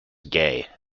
gay